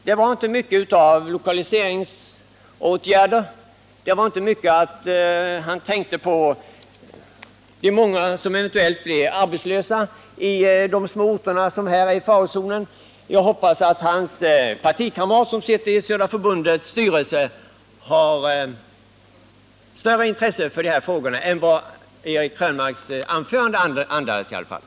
Han tänkte inte mycket på lokaliseringsåtgärder eller på de många anställda som eventuellt blir arbetslösa på de små orter som är i farozonen. Men jag hoppas att hans partikamrat, som sitter i Södra Skogsägarnas styrelse, visar ett större intresse för de här frågorna än vad Eric Nr 173